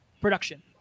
production